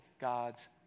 God's